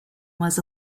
was